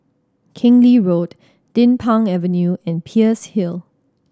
Keng Lee Road Din Pang Avenue and Peirce Hill